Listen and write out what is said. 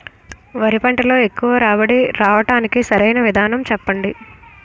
వరి పంటలో ఎక్కువ రాబడి రావటానికి సరైన విధానం చెప్పండి?